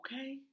Okay